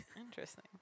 interesting